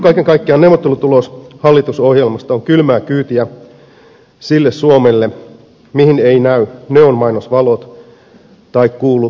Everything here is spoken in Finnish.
kaiken kaikkiaan neuvottelutulos hallitusohjelmasta on kylmää kyytiä sille suomelle mihin eivät näy neonmainosvalot tai kuulu ratikkakiskojen kolina